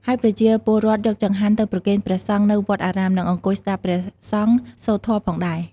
ហើយប្រជាពលរដ្ឋយកចង្ហាន់ទៅប្រគេនព្រះសង្ឃនៅវត្តអារាម និងអង្គុយស្តាប់ព្រះសង្ឃសូត្រធម៌ផងដែរ។